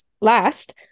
last